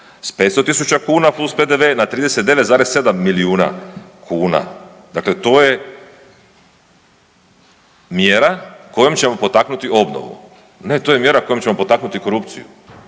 S 500.000 kuna plus PDV na 39,7 milijuna kuna. Dakle to je mjera kojom ćemo potaknuti obnovu. Ne to je mjera kojom ćemo potaknuti korupciju.